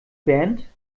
band